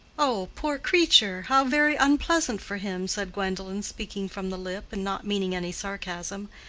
oh, poor creature! how very unpleasant for him! said gwendolen, speaking from the lip, and not meaning any sarcasm.